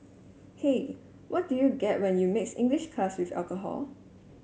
hey what do you get when you mix English class with alcohol